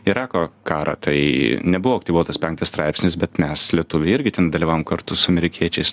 irako karą tai nebuvo aktyvuotas penktas straipsnis bet mes lietuviai irgi ten dalyvavom kartu su amerikiečiais